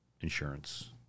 insurance